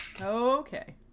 Okay